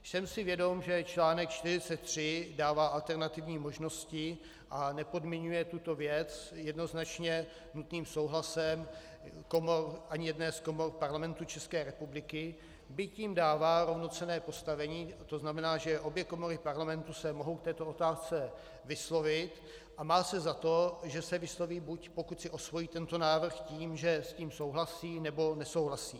Jsem si vědom, že článek 43 dává alternativní možnosti a nepodmiňuje tuto věc jednoznačně nutným souhlasem ani jedné z komor Parlamentu České republiky, byť jim dává rovnocenné postavení, tzn. obě komory Parlamentu se mohou k této otázce vyslovit, a má se za to, že se vysloví, buď pokud si osvojí tento návrh tím, že s tím souhlasí, nebo nesouhlasí.